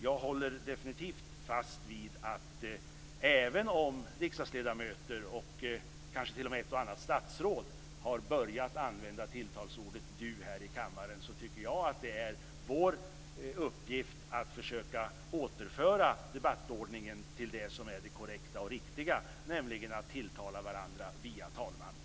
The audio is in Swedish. Jag håller alltså definitivt fast vid - även om rikdagsledamöter och kanske t.o.m. ett och annat statsråd har börjat använda tilltalsordet du här i kammaren - att det är vår uppgift att försöka återföra debattordningen till det som är det korrekta och riktiga, nämligen att tilltala varandra via talmannen.